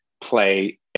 play